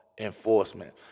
enforcement